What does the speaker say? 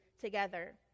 together